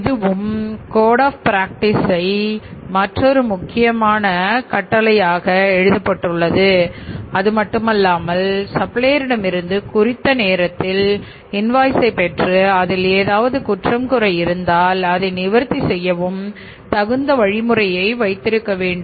இதுவும் code of ப்ராக்டீஸ்னுடைய பெற்று அதில் ஏதாவது குற்றம் குறை இருந்தால் அதை நிவர்த்தி செய்யவும் தகுந்த வழிமுறையை வைத்திருக்க வேண்டும்